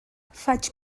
faig